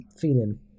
feeling